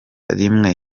rimwe